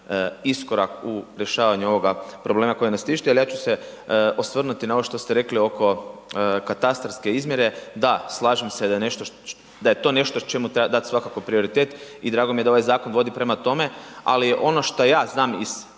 iskorak u rješavanju ovoga problema koji nas tišti, ali ja ću se osvrnuti na ovo što ste rekli oko katastarske izmjere. Da, slažem se da je nešto, da je to nešto čemu treba dati svakako prioritet i drago mi je da ovaj zakon vodi prema tome, ali ono što ja znam iz